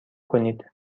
کنید